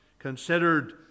considered